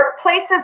Workplaces